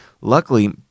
Luckily